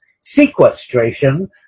sequestration